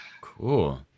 Cool